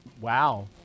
Wow